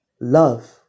Love